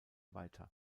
weiter